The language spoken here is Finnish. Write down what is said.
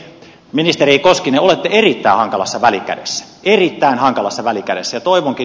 te ministeri koskinen olette erittäin hankalassa välikädessä erittäin hankalassa välikädessä